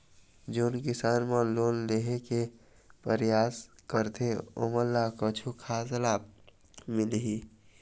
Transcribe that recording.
जोन किसान मन लोन लेहे के परयास करथें ओमन ला कछु खास लाभ मिलही?